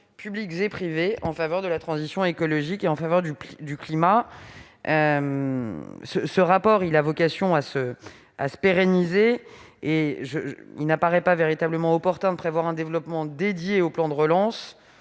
publics et privés en faveur de la transition écologique et du climat. Ce rapport a vocation à se pérenniser, et il n'apparaît pas véritablement opportun de prévoir un développement dédié au plan de relance,